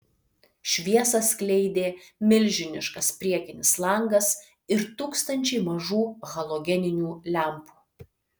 šviesą skleidė milžiniškas priekinis langas ir tūkstančiai mažų halogeninių lempų